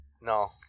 No